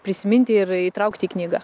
prisiminti ir įtraukti į knygą